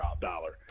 dollar